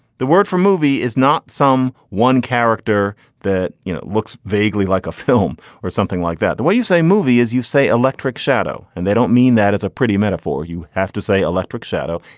the word for movie is not some one character that you know looks vaguely like a film or something like that. the way you say movie is you say electric shadow and they don't mean that as a pretty metaphor. you have to say electric shadow,